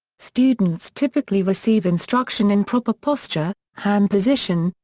students typically receive instruction in proper posture, hand position,